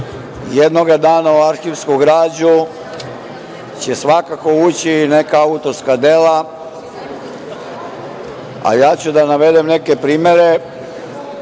jednoga dana u arhivsku građu će svakako ući i neka autorska dela, a ja ću da navedem neke primere